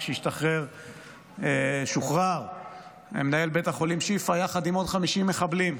כששוחרר מנהל בית החולים שיפא יחד עם עוד 50 מחבלים.